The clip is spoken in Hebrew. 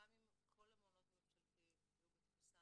גם אם כל המעונות הממשלתיים יהיו בתפוסה